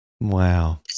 Wow